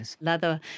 leather